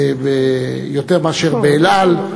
יותר מאשר ב"אל על",